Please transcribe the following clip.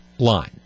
line